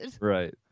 Right